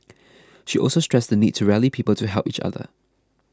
she also stressed the need to rally people to help each other